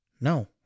no